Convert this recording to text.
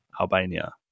albania